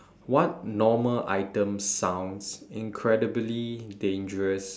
what normal item sounds incredibly dangerous